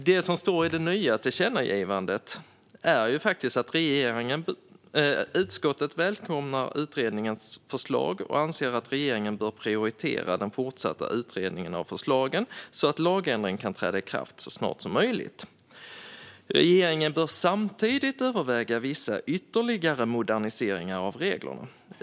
Det som står i det nya tillkännagivandet är att utskottet välkomnar utredningens förslag och anser att regeringen bör prioritera den fortsatta utredningen av förslagen så att lagändring kan träda i kraft så snart som möjligt. Regeringen bör samtidigt överväga vissa ytterligare moderniseringar av reglerna.